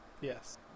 Yes